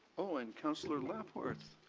oh, and councillor lapworth.